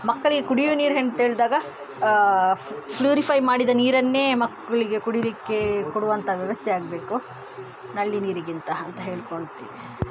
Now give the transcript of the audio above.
ಮಕ್ಕಳಿಗೆ ಕುಡಿಯುವ ನೀರು ಎಂಥ ಹೇಳಿದಾಗ ಫ್ಲೂರಿಫೈ ಮಾಡಿದ ನೀರನ್ನೇ ಮಕ್ಕಳಿಗೆ ಕುಡೀಲಿಕ್ಕೆ ಕೊಡುವಂಥ ವ್ಯವಸ್ಥೆ ಆಗಬೇಕು ನಳ್ಳಿ ನೀರಿಗಿಂತ ಅಂತ ಹೇಳ್ಕೊಳ್ತೀನಿ